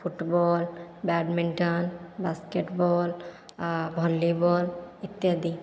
football badminton basketball volleyball ଇତ୍ୟାଦି